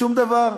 שום דבר.